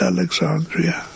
Alexandria